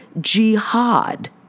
jihad